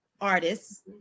artists